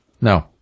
No